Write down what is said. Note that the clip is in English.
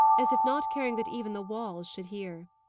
as if not caring that even the walls should hear.